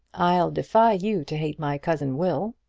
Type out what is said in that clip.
i'll defy you to hate my cousin will.